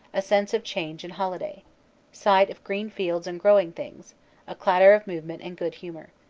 a sense of change and holiday sight of green fields and growing things a clatter of movement and good humor.